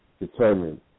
determined